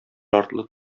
артлы